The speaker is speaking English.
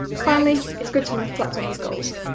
finally, it's good to reflect on these goals.